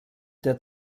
der